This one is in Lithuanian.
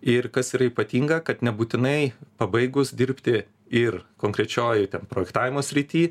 ir kas yra ypatinga kad nebūtinai pabaigus dirbti ir konkrečioj ten projektavimo srity